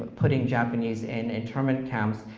putting japanese in interment camps,